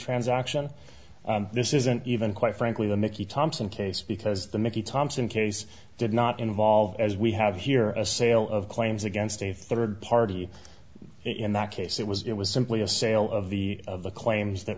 transaction this isn't even quite frankly the mickey thompson case because the mickey thompson case did not involve as we have here a sale of claims against a third party in that case it was it was simply a sale of the of the claims that